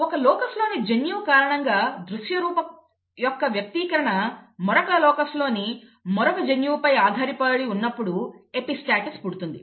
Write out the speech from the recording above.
ఒక లోకస్లోని జన్యువు కారణంగా దృశ్యరూపం యొక్క వ్యక్తీకరణ మరొక లోకస్లోని మరొక జన్యువుపై ఆధారపడి ఉన్నప్పుడు ఎపిస్టాసిస్ పుడుతుంది